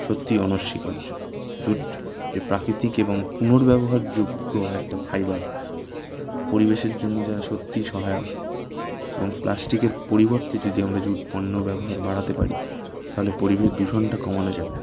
সত্যিই অনস্বীকার্য জুট যে প্রাকৃতিক এবং পুনর্ব্যবহার যোগ্য একটা ফাইবার পরিবেশের জন্যে যারা সত্যিই সহায়ক এবং প্লাস্টিকের পরিবর্তে যদি আমরা জুট পণ্য ব্যবহার বাড়াতে পারি তাহলে পরিবেশ দূষণটা কমানো যাবে